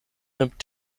nimmt